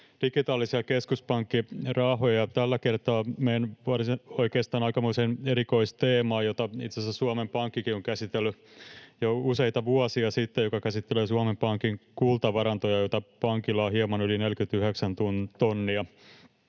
digitaalisia keskuspankkien rahoja, ja tällä kertaa menen oikeastaan aikamoiseen erikoisteemaan, jota itse asiassa Suomen Pankkikin on käsitellyt jo useita vuosia sitten. Se käsittelee Suomen Pankin kultavarantoja, joita pankilla on hieman yli 49 tonnia.